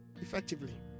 effectively